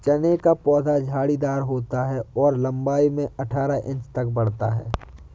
चने का पौधा झाड़ीदार होता है और लंबाई में अठारह इंच तक बढ़ता है